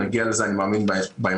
נגיע לזה אני מאמין בהמשך,